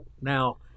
now